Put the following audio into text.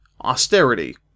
austerity